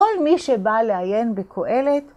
כל מי שבא לעיין בקוהלת,